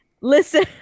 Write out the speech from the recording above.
listen